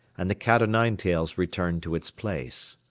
and the cat-o'-nine-tails returned to its place.